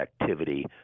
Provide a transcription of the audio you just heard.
activity